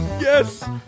Yes